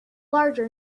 larger